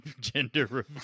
gender